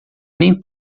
nem